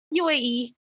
UAE